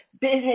business